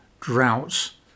droughts